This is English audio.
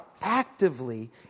actively